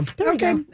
Okay